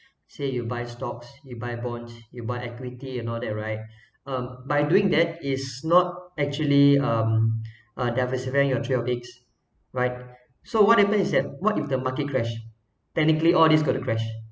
let's say you buy stocks you buy bonds you buy equity all that right by doing that is not actually um uh diversify your three or eight right so what happen is that what if the market crash technically all these could have crashed